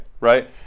right